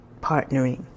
partnering